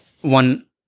one